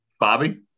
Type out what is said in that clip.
Bobby